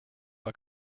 war